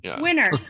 winner